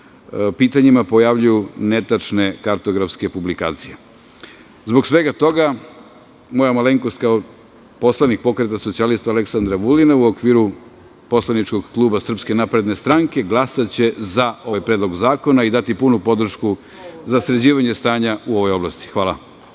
pitanjima pojavljuju netačne kartografske publikacije. Zbog svega toga moja malenkost kao poslanik Pokreta socijalista Aleksandra Vulina u okviru poslaničkog kluba SNS glasaće za ovaj predlog zakona i dati punu podršku za sređivanje stanja u ovoj oblasti. Hvala.